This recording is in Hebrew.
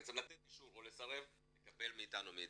בעצם לתת אישור או לסרב לקבל מאתנו מידע.